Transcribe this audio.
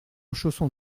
chaussons